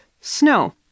snow